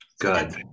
good